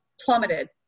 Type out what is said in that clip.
plummeted